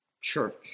church